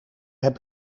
heb